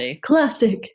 classic